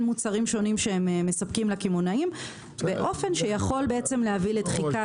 מוצרים שונים שמספקים לקמעונאים באופן שיכול להביא לדחיקה